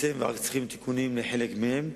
ורק צריכים תיקונים לחלק מהן.